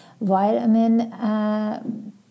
Vitamin